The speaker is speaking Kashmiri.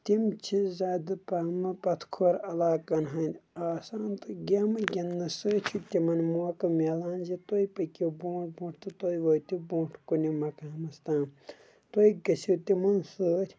تِم چھِ زیادٕ پہمتھ پتھ کھورعلاقن ہٕنٛدۍ آسان تہٕ گیمہٕ گِنٛدنہٕ سۭتۍ چھِ تِمن موقعہٕ میلان زِ تُہۍ پٔکِو برٛونٛٹھ برٛونٹھ تہٕ تُہۍ وٲتِو برٛونٛٹھ کُنہِ مقامس تام تُہۍ گٔژھِو تِمن سۭتۍ